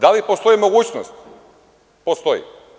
Da li postoji mogućnost – postoji.